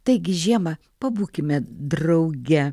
taigi žiemą pabūkime drauge